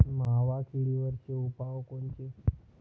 मावा किडीवरचे उपाव कोनचे?